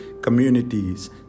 communities